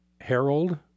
Harold